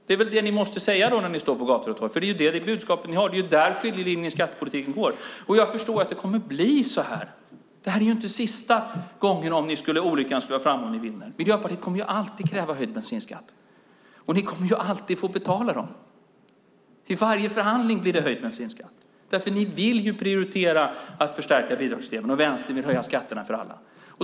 Det är väl det ni måste säga när ni står på gator och torg. Det är ju det budskap ni har. Det är där skiljelinjen i skattepolitiken går. Jag förstår att det kommer att bli så här. Det här är inte sista gången, om olyckan skulle vara framme och ni vinner. Miljöpartiet kommer alltid att kräva höjd bensinskatt, och ni kommer alltid att få betala dem. Vid varje förhandling blir det höjd bensinskatt. För ni vill prioritera att man förstärker bidragssystemen, och Vänstern vill höja skatterna för alla.